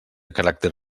caràcter